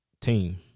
team